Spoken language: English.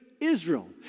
Israel